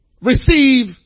receive